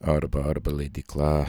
arba arba leidykla